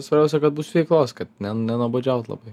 svarbiausia kad bus veiklos kad ne nenuobodžiaut labai